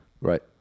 Right